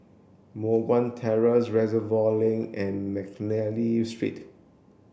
Moh Guan Terrace Reservoir Link and Mcnally Street